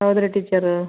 ಹೌದು ರೀ ಟೀಚರ